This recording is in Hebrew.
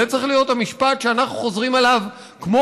זה צריך להיות המשפט שאנחנו חוזרים עליו כמו